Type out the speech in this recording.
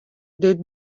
dit